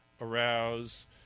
arouse